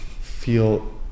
feel